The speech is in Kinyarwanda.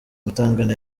mutangana